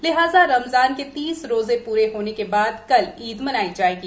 लिहाजा रमजान के तीस रोजे पूरे होने के बाद कल ईद मनाई जाएगी